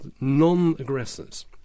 non-aggressors